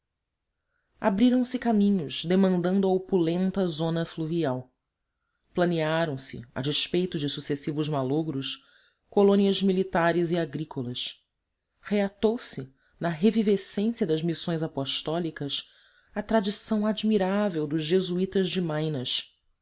dias abriram-se caminhos demandando a opulenta zona fluvial planearam se a despeito de sucessivos malogros colônias militares e agrícolas reatou se na revivescência das missões apostólicas a tradição admirável dos jesuítas de maynas